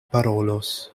parolos